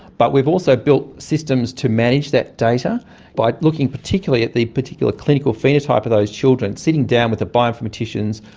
but we've also build systems to manage that data by looking particularly at the particular clinical phenotype of those children, sitting down with the biometricians,